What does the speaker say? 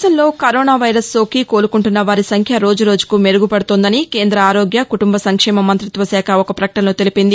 దేశంలో corona virus సోకి కోలుకుంటున్న వారి సంఖ్య రోజురోజుకు మెరుగుపడుతోందని కేంద్ర ఆరోగ్య కుటుంబ సంక్షేమ మంతిత్వ శాఖ ఒక ప్రకటనలో తెలిపింది